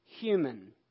human